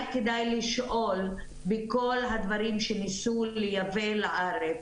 כדאי לשאול בכל הדברים שניסו לייבא לארץ,